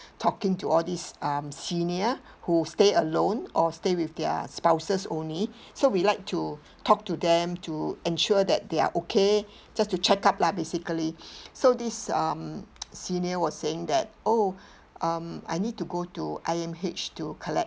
talking to all these um senior who stay alone or stay with their spouses only so we like to talk to them to ensure that they are okay just to check up lah basically so this um senior was saying that oh um I need to go to I_M_H to collect